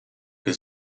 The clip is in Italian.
che